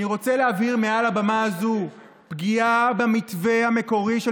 אני רוצה להבהיר מעל הבמה הזו: פגיעה במתווה המקורי של